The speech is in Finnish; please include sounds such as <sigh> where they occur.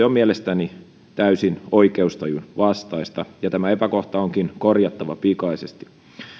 <unintelligible> on mielestäni täysin oikeustajun vastainen ja tämä epäkohta onkin korjattava pikaisesti